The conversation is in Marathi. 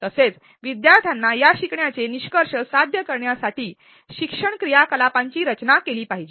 तसेच विद्यार्थ्यांना या शिकण्याचे निष्कर्ष साध्य करण्यासाठी शिक्षण क्रियाकलापांची रचना केली पाहिजे